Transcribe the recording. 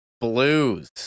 Blues